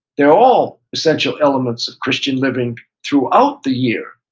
they're all essential elements of christian living throughout the year